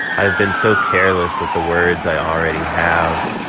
i have been so careless with the words i already have